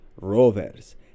Rovers